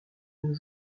nos